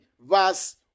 verse